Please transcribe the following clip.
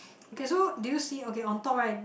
okay so do you see okay on top right